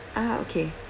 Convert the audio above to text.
ah okay